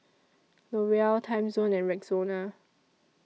L'Oreal Timezone and Rexona